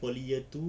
poly year two